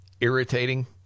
irritating